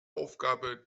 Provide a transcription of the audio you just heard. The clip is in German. aufgabe